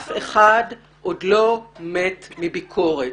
אף אחד עוד לא מת מביקורת.